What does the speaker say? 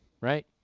right